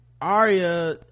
Arya